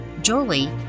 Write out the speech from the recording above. Jolie